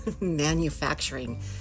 manufacturing